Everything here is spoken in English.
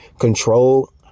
control